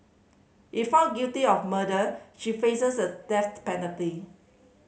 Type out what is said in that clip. if found guilty of murder she faces the death penalty